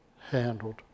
handled